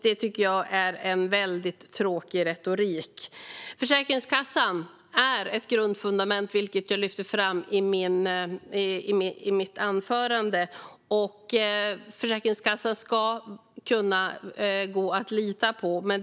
Det tycker jag är en mycket tråkig retorik. Försäkringskassan är ett grundfundament, vilket jag lyfte fram i mitt anförande, och det ska gå att lita på Försäkringskassan.